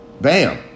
Bam